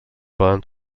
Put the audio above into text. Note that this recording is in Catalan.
poden